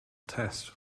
test